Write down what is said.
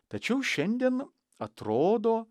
tačiau šiandien atrodo